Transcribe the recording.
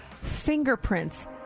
fingerprints